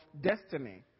destiny